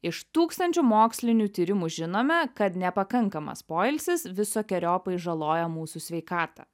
iš tūkstančių mokslinių tyrimų žinome kad nepakankamas poilsis visokeriopai žaloja mūsų sveikatą